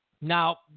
Now